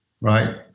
Right